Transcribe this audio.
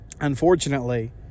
unfortunately